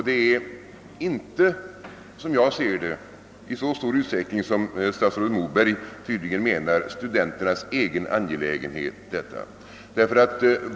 Detta är inte, såsom jag ser det, i så stor utsträckning som statsrådet Moberg tydligen menar, studenternas egen angelägenhet.